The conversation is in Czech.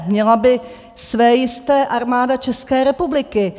Měla by své jisté Armáda České republiky.